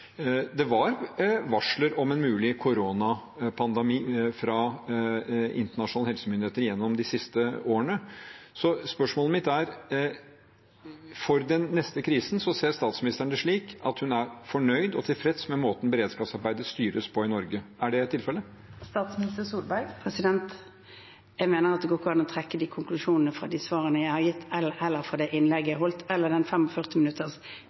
det en koronapandemi? Det var varsler om en mulig koronapandemi fra internasjonale helsemyndigheter gjennom de siste årene. Så spørsmålet mitt er: For den neste krisen, ser statsministeren det slik at hun er fornøyd og tilfreds med måten beredskapsarbeidet styres på i Norge? Er det tilfellet? Jeg mener at det ikke går an å trekke de konklusjonene fra de svarene jeg har gitt, fra det innlegget jeg holdt, eller fra redegjørelsen på 45 minutter.